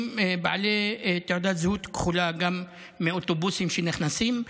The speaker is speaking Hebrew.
בעלי תעודת זהות כחולה גם מאוטובוסים שנכנסים.